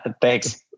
Thanks